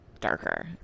darker